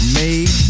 made